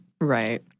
Right